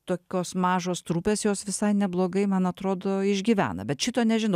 tokios mažos trupės jos visai neblogai man atrodo išgyvena bet šito nežinau